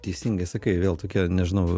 teisingai sakai vėl tokia nežinau